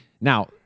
Now